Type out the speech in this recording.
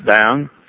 down